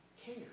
care